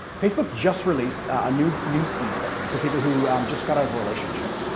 facebook just released a new newsfeed filter for people who just got out of a relationship.